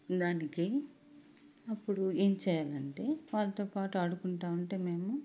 దానికి అప్పుడు ఏం చెయ్యల్లంటే వాళ్లతోపాటు ఆడుకుంటా ఉంటే మేము